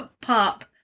pop